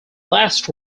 last